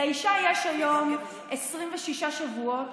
לאישה יש היום 26 שבועות,